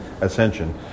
ascension